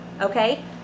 Okay